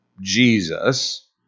Jesus